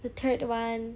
the third one